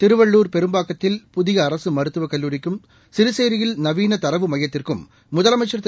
திருவள்ளுர் பெரும்பாக்கத்தில் புதிய அரசு மருத்துவக் கல்லூரிக்கும் சிறுசோயில் நவீன தரவு மையத்திற்கும் முதலமைச்சா் திரு